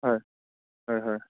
হয় হয় হয়